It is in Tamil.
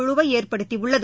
குழுவை ஏற்படுத்தியுள்ளது